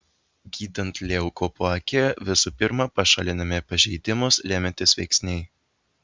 gydant leukoplakiją visų pirma pašalinami pažeidimus lemiantys veiksniai